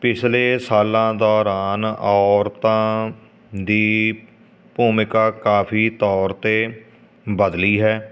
ਪਿਛਲੇ ਸਾਲਾਂ ਦੌਰਾਨ ਔਰਤਾਂ ਦੀ ਭੂਮਿਕਾ ਕਾਫੀ ਤੌਰ 'ਤੇ ਬਦਲੀ ਹੈ